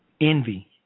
envy